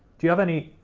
do you have any